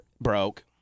broke